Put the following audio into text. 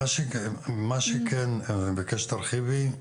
אני מבקש שתרחיבי,